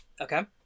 Okay